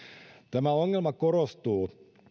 tämä ongelma korostuu